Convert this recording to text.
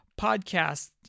podcast